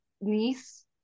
niece